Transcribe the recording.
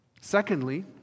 Secondly